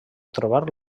trobar